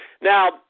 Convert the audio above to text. Now